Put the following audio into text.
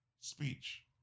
speech